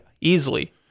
Easily